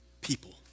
people